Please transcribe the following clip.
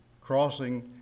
crossing